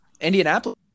Indianapolis